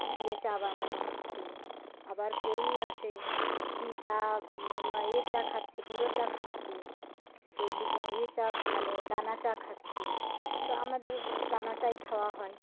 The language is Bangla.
দিয়ে চা বানানো হচ্ছে আবার কেউই আছে টি চা এ চা খাচ্চে গুঁড়ো চা খাচ্ছে কেউ লিক এ চা মানে দানা চা খাচ্ছে তো আমাদের দানা চাই খাওয়া হয়